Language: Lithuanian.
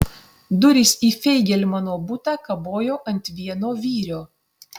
durys į feigelmano butą kabojo ant vieno vyrio